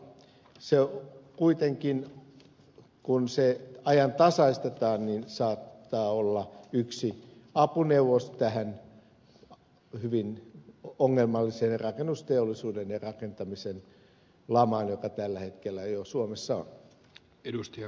se kuitenkin kun se ajantasaistetaan saattaa olla yksi apuneuvos tähän hyvin ongelmalliseen rakennusteollisuuden ja rakentamisen lamaan joka tällä hetkellä jo suomessa on